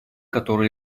которую